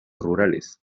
rurales